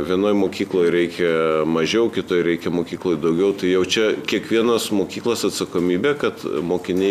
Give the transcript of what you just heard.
vienoj mokykloj reikia mažiau kitoj reikia mokykloj daugiau tai jau čia kiekvienas mokyklos atsakomybė kad mokiniai